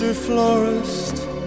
florist